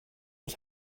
was